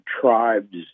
tribes